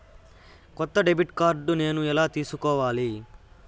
కొత్త debit card నేను ఎలా తీసుకోవాలి?